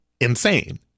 insane